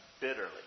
bitterly